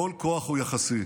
כל כוח הוא יחסי,